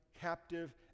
captive